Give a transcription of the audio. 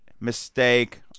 mistake